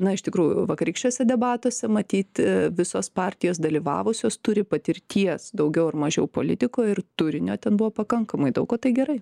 na iš tikrųjų vakarykščiuose debatuose matyti visos partijos dalyvavusios turi patirties daugiau ar mažiau politikoj ir turinio ten buvo pakankamai daug o tai gerai